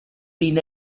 been